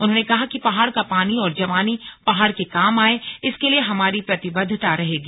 उन्होंने कहा कि पहाड़ का पानी और जवानी पहाड़ के काम आये इसके लिए हमारी प्रतिबद्वता रहेगी